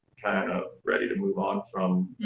kind of ready to move on from